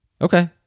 Okay